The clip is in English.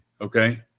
Okay